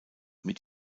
mit